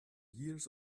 years